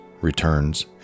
returns